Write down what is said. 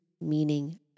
meaning